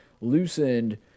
loosened